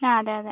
ആ അതെ അതെ